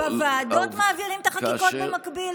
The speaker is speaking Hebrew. בוועדות מעבירים את החקיקות במקביל,